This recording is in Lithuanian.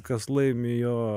kas laimi jo